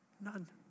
None